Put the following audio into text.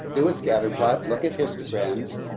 it was scatterplot look at histograms.